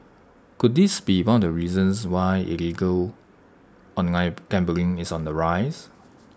could this be one of the reasons why illegal online gambling is on the rise